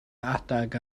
adeg